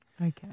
Okay